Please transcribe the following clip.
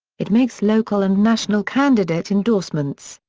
it makes local and national candidate endorsements.